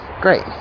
great